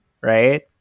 right